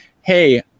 Hey